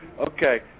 okay